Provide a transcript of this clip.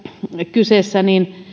kyseessä